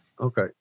okay